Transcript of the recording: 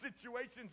situations